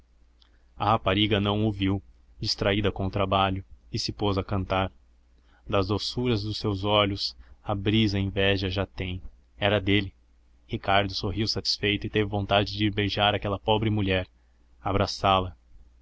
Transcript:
a rapariga não o viu distraída com o trabalho e se pôs a cantar da doçura dos teus olhos a brisa inveja já tem era dele ricardo sorriu satisfeito e teve vontade de ir beijar aquela pobre mulher abraçá-la